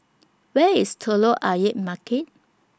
Where IS Telok Ayer Market